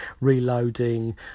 reloading